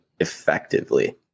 Effectively